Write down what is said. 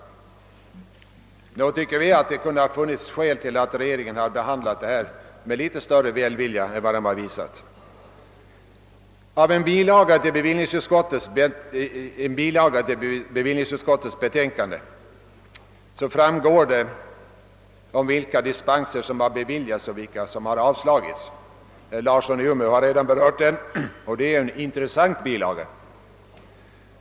Nog tycker vi att det funnits skäl för regeringen att behandla detta ärende med litet större välvilja än vad som skett. Av en bilaga till bevillningsutskottets betänkande framgår vilka dispenser som har beviljats och vilka som har av slagits. Herr Larsson i Umeå har redan berört den saken. Det är en intressant bilaga.